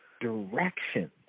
direction